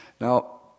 Now